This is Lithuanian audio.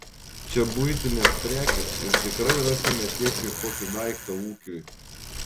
čia buitinės prekės ir tikrai rasime tėčiui kokį daiktą ūkiui